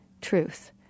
truth